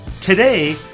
Today